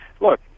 Look